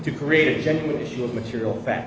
to create a genuine issue of material bac